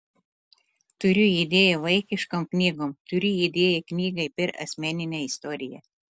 turiu idėją vaikiškom knygom turiu idėją knygai per asmeninę istoriją